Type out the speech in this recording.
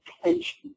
attention